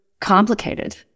complicated